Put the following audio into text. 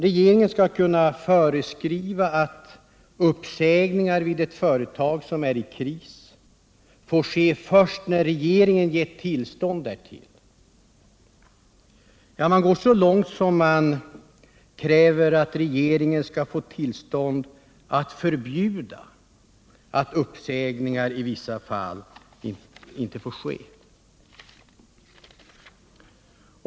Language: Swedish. Regeringen skall kunna föreskriva att uppsägningar vid ett företag som är i kris får ske först när regeringen gett tillstånd därtill. Man går så långt att man kräver att regeringen skall kunna förbjuda uppsägningar i vissa fall.